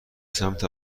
سمت